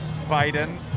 Biden